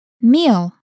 Meal